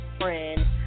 friend